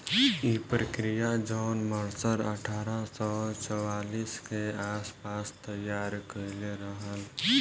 इ प्रक्रिया John Mercer अठारह सौ चौवालीस के आस पास तईयार कईले रहल